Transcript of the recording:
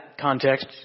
context